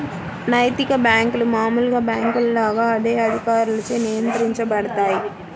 నైతిక బ్యేంకులు మామూలు బ్యేంకుల లాగా అదే అధికారులచే నియంత్రించబడతాయి